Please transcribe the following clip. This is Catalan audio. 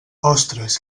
ostres